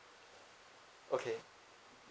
okay